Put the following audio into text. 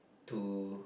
to